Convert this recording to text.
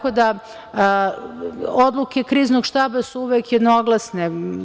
Odluke Kriznog štaba su uvek jednoglasne.